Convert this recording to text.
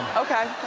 okay.